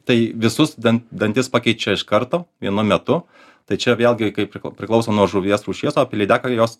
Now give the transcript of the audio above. tai visus dantis pakeičia iš karto vienu metu tai čia vėlgi kaip priklauso nuo žuvies rūšies o apie lydeką jos